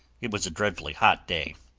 it was a dreadfully hot day.